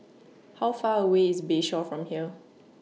How Far away IS Bayshore from here